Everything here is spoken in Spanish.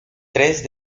tres